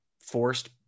forced